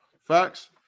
Facts